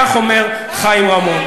כך אומר חיים רמון.